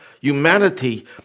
humanity